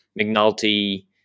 McNulty